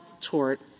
tort